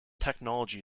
technology